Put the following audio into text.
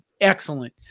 excellent